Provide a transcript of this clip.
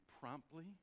promptly